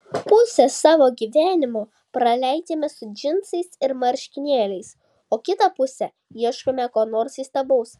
pusę savo gyvenimo praleidžiame su džinsais ir marškinėliais o kitą pusę ieškome ko nors įstabaus